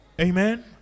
Amen